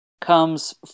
comes